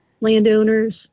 Landowners